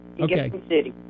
Okay